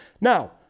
Now